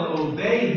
obey